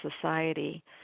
society